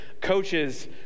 coaches